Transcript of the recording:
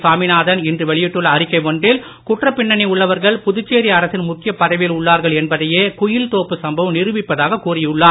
சாமிநாதன் இன்று வெளியிட்டுள்ள அறிக்கை ஒன்றில் குற்றப் பின்னணி உள்ளவர்கள் புதுச்சேரி அரசின் முக்கியப் பதவியில் உள்ளார்கள் என்பைதையே குயில்தோப்பு சம்பவம் நிரூபிப்பதாகக் கூறியுள்ளார்